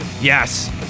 Yes